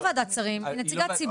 היא לא ועדת השרים, היא נציגת ציבור.